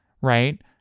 right